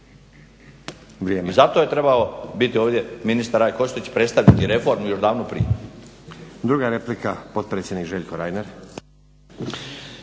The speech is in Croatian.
Zato je trebao biti ovdje ministar Ranko Osotojić i predstaviti reformu još davno prije. **Stazić, Nenad (SDP)** Druga replika, potpredsjednik Željko Reiner.